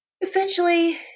Essentially